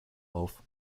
auf